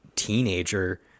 teenager